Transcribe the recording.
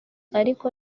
ariko